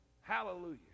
Hallelujah